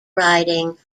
riding